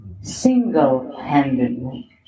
single-handedly